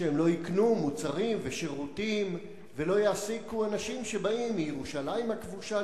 שהן לא יקנו מוצרים ושירותים ולא יעסיקו אנשים שבאים מירושלים הכבושה,